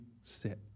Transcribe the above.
set